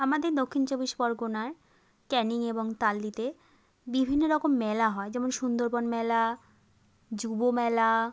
আমাদের দক্ষিণ চব্বিশ পরগনার ক্যানিং এবং তালদিতে বিভিন্ন রকম মেলা হয় যেমন সুন্দরবন মেলা যুব মেলা